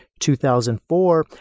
2004